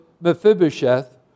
Mephibosheth